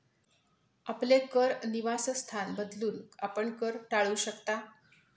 आपले कर निवासस्थान बदलून, आपण कर टाळू शकता